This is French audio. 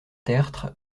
tertre